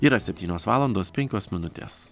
yra septynios valandos penkios minutės